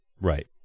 right